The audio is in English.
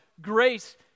grace